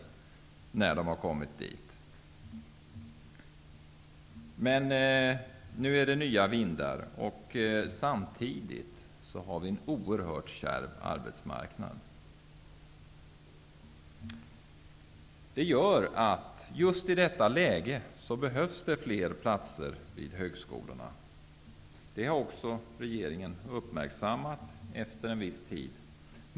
Nu är det nya vindar. Samtidigt har vi en oerhört kärv arbetsmarknad. Det medför att det just i detta läge behövs fler platser vid högskolorna. Det har regeringen också uppmärksammat efter en viss tid.